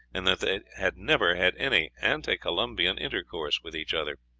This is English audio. and that they had never had any ante-columbian intercourse with each other.